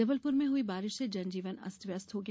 जबलपुर में हई बारिश से जनजीवन अस्त वस्त हो गया